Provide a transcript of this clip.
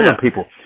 people